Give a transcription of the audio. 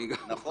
אני גם חושב.